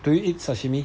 do you eat sashimi